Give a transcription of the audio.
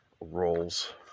roles